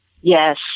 Yes